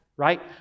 right